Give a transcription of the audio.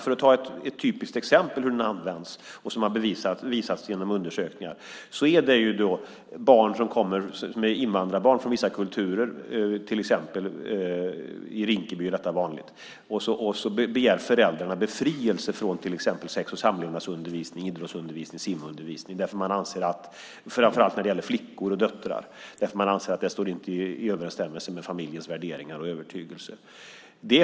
Undersökningar har visat typiska exempel på hur den används. Det är fråga om invandrarbarn från vissa kulturer. Det är vanligt i till exempel Rinkeby. Föräldrarna begär befrielse för framför allt deras döttrar från till exempel sex och samlevnadsundervisning, idrottsundervisning och simundervisning. De anser att det inte står i överensstämmelse med familjens värderingar och övertygelser.